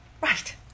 Right